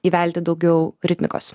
įvelti daugiau ritmikos